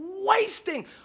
wasting